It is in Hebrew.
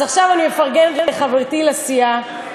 אז עכשיו אני מפרגנת לחברתי לסיעה